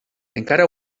encara